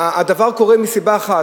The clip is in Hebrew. הדבר קורה מסיבה אחת,